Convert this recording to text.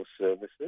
services